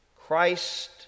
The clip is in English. Christ